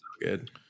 Good